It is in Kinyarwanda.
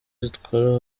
zitwara